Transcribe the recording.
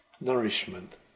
nourishment